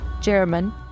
German